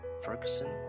Ferguson